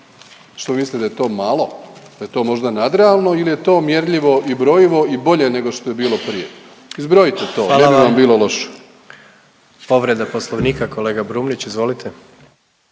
Što mislite da je to malo? Da je to možda nadrealno ili je to mjerljivo i brojivo i bolje nego što je bilo prije? Izbrojite to, ne bi … .../Upadica: Hvala vam./... vam bilo loše. **Jandroković,